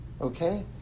Okay